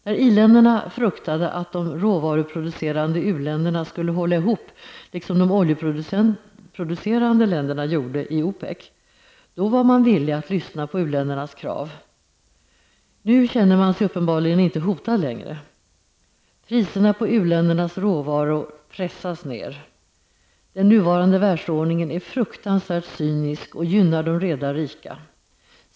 När i-länderna fruktade att de råvaruproducerande u-länderna skulle hålla ihop, liksom de oljeproducerande länderna gjorde i OPEC, var man villig att lyssna på u-ländernas krav. Nu känner man sig uppenbarligen inte längre hotad. Priserna på u-ländernas råvaror pressas ned. Den nuvarande världsordningen är fruktansvärt cynisk och gynnar de redan rika.